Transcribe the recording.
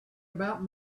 about